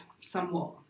somewhat